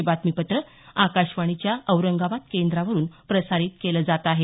हे बातमीपत्र आकाशवाणीच्या औरंगाबाद केंद्रावरून प्रसारित केलं जात आहे